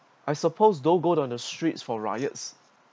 I suppose don't go on the streets for riots